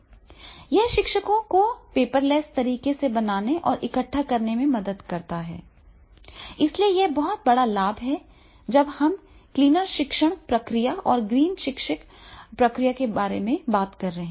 यह शिक्षकों को पेपरलेस तरीके से बनाने और इकट्ठा करने में मदद करता है इसलिए यह बहुत बड़ा लाभ है जब हम क्लीनर शिक्षण प्रक्रिया और ग्रीन शिक्षण प्रक्रिया के बारे में बात कर रहे हैं